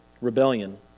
rebellion